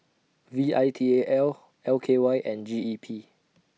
V I T A L L K Y and G E P